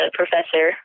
professor